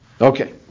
Okay